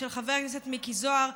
של חבר הכנסת מיקי זוהר,